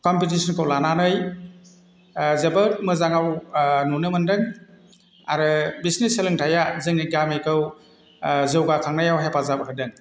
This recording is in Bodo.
कमपिटिसनखौ लानानै जोबोद मोजाङाव नुनो मोनदों आरो बिसिनि सोलोंथाया जोंनि गामिखौ जौगाखांनायाव हेफाजाब होदों